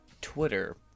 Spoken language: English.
Twitter